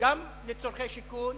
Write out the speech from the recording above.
לצורכי שיכון